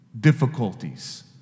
difficulties